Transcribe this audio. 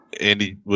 Andy